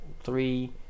three